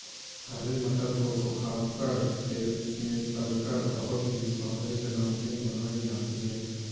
हरे मटर को सुखा कर तेल में तलकर बहुत ही स्वादिष्ट नमकीन बनाई जाती है